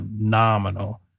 phenomenal